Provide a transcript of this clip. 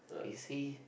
is he